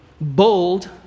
bold